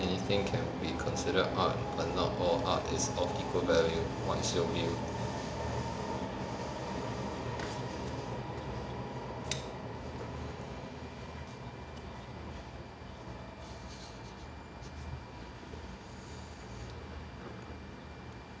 anything can be considered art but not all art is of equal value what's your view